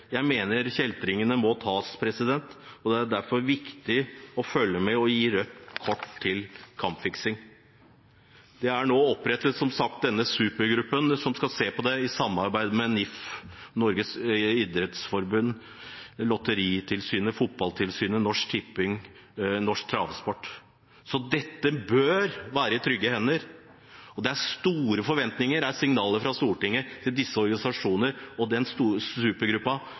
Jeg mener kjeltringene må tas. Det er derfor viktig å følge med og gi rødt kort til kampfiksing. Det er nå, som sagt, opprettet en supergruppe som skal se på dette i samarbeid med Norges Fotballforbund, Norges idrettsforbund, Lotteritilsynet, Norsk Tipping og norsk travsport. Dette bør derfor være i trygge hender, og det er store forventninger – det er signalet fra Stortinget – til disse organisasjonene og